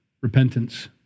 Repentance